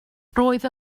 roedd